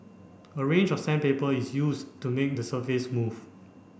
a range of sandpaper is used to make the surface smooth